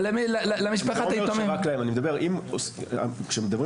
אבל למשפחת היתומים --- כשמדברים